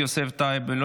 לא